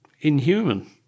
inhuman